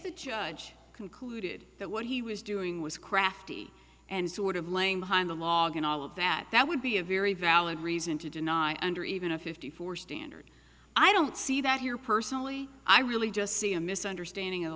the judge concluded that what he was doing was crafty and sort of laying behind a log and all of that that would be a very valid reason to deny under even a fifty four standard i don't see that here personally i really just see a misunderstanding of the